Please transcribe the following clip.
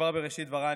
כבר בראשית דבריי,